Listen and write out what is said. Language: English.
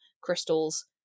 crystals